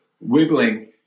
wiggling